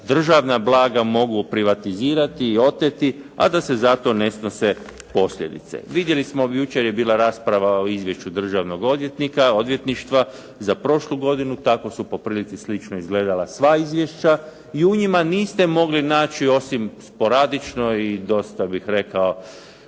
državna blaga mogu privatizirati i oteti, a da se zato ne snose posljedice. Vidjeli smo jučer je bila rasprava o Izvješću Državnog odvjetništva za prošlu godinu, tako su po prilici slično izgledala sva izvješća i u njima niste mogli naći osim sporadično i dosta bih rekao